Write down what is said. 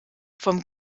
vom